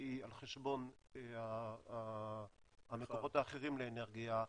טבעי על חשבון המקורות האחרים לאנרגיה,